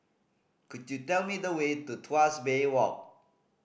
could you tell me the way to Tuas Bay Walk